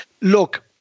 look